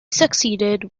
succeeded